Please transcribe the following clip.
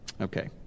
Okay